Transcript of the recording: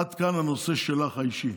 עד כאן לנושא שלך, האישי.